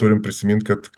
turim prisimint kad